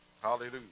Hallelujah